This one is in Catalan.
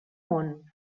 món